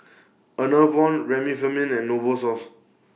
Enervon Remifemin and Novosource